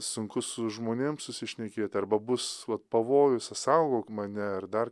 sunku su žmonėm susišnekėt arba bus va pavojus saugok mane ar dar